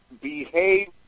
behave